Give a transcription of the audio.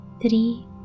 three